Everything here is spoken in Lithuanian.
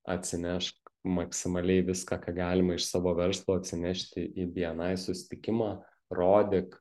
atsinešk maksimaliai viską ką galima iš savo verslo atsinešti į bni susitikimą rodyk